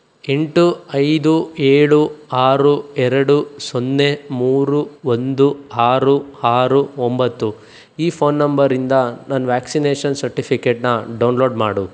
ಎಂಟು ಐದು ಏಳು ಆರು ಎರಡು ಸೊನ್ನೆ ಮೂರು ಒಂದು ಆರು ಆರು ಒಂಬತ್ತು ಈ ಫೋನ್ ನಂಬರಿಂದ ನನ್ನ ವ್ಯಾಕ್ಸಿನೇಷನ್ ಸರ್ಟಿಫಿಕೇಟ್ನ ಡೌನ್ಲೋಡ್